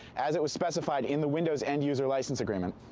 as it was specified in the windows end-user license agreement.